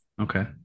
okay